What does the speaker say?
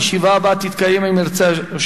הישיבה הבאה תתקיים,